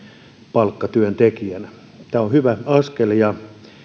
palkkatyöntekijänä tämä on hyvä askel ja